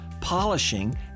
polishing